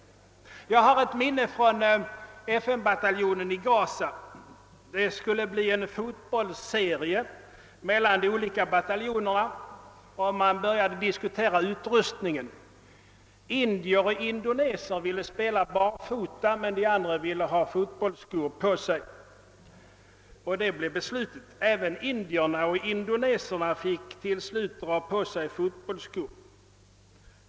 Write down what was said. Jag har ett. minne från FN-bataljonen i Ghaza. Det skulle ordnas en fotbollsserie mel lan de olika bataljonerna, och man började diskutera utrustningen. Indier och indoneser ville spela barfota men de andra ville ha fotbollsskor på sig, och det senare blev beslutat. även indierna och indoneserna fick till slut dra på sig fotbollsskor.